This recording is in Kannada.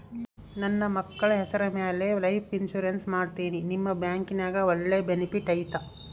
ನನ್ನ ಮಕ್ಕಳ ಹೆಸರ ಮ್ಯಾಲೆ ಲೈಫ್ ಇನ್ಸೂರೆನ್ಸ್ ಮಾಡತೇನಿ ನಿಮ್ಮ ಬ್ಯಾಂಕಿನ್ಯಾಗ ಒಳ್ಳೆ ಬೆನಿಫಿಟ್ ಐತಾ?